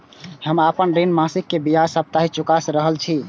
हम आपन ऋण मासिक के ब्याज साप्ताहिक चुका रहल छी